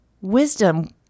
wisdom